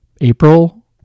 April